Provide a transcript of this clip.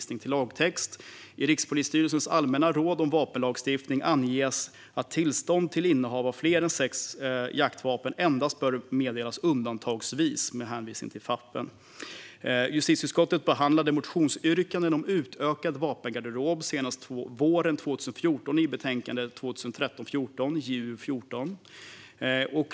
I Rikspolisstyrelsens allmänna råd om vapenlagstiftningen anges att tillstånd till innehav av fler än sex jaktvapen endast bör meddelas undantagsvis . Justitieutskottet behandlade motionsyrkanden om en utökad vapengarderob senast under våren 2014 i betänkande 2013/14:JuU14 .